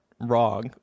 wrong